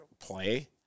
play